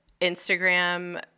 Instagram